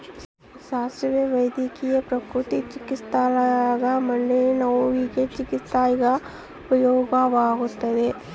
ಸಾಸುವೆ ವೈದ್ಯಕೀಯ ಪ್ರಕೃತಿ ಚಿಕಿತ್ಸ್ಯಾಗ ಮಂಡಿನೋವಿನ ಚಿಕಿತ್ಸ್ಯಾಗ ಉಪಯೋಗಿಸಲಾಗತ್ತದ